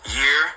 year